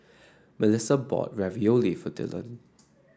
Mellissa bought Ravioli for Dillon